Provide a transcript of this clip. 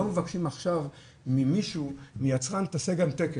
לא מבקשים עכשיו מיצרן שיעשה גם תקן.